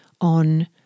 on